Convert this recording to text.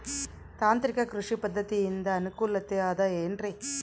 ತಾಂತ್ರಿಕ ಕೃಷಿ ಪದ್ಧತಿಯಿಂದ ಅನುಕೂಲತೆ ಅದ ಏನ್ರಿ?